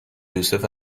یوسف